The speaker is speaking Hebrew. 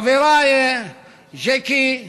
חבריי ז'קי ואורלי,